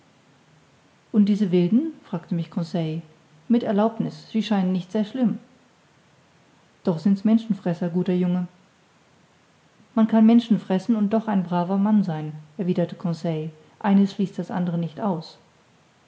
und diese wilden fragte mich conseil mit erlaubniß sie scheinen nicht sehr schlimm doch sind's menschenfresser guter junge man kann menschen fressen und doch ein braver mann sein erwiderte conseil eines schließt nicht das andere aus